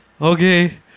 Okay